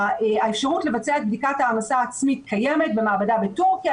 האפשרות לקיים את בדיקת ההעמסה העצמית קיימת במעבדה בטורקיה,